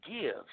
give